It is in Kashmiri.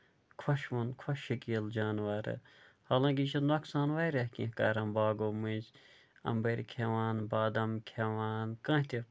خۄشیِوُن خۄش شٔکیٖل جانورٕ حالانٛکہِ یہِ چھُ نۄقصان واریاہ کیٚنٛہہ کران باغَو مٔنٛزۍ اَمبٕرۍ کھیٚوان بادَم کھیٚوان کانٛہہ تہِ